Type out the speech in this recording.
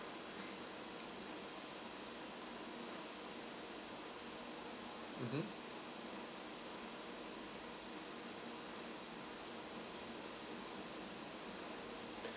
mmhmm